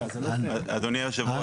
אדוני היושב ראש,